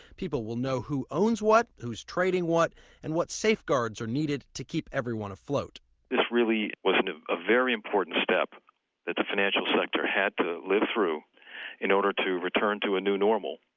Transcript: people will know who owns what, who's trading what and what safeguards are needed to keep everyone afloat this really was a very important step that the financial sector had to live through in order to return to a new normal,